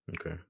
okay